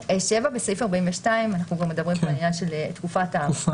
7. בסעיף 42. (אנחנו כבר מדברים כאן על עניין של תקופה הארכה).